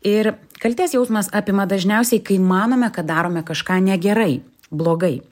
ir kaltės jausmas apima dažniausiai kai manome kad darome kažką negerai blogai